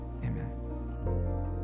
Amen